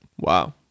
Wow